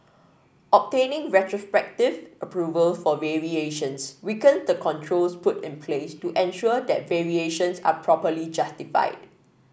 obtaining retrospective approvals for variations weaken the controls put in place to ensure that variations are properly justified